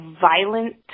violent